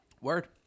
Word